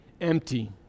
empty